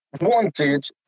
wanted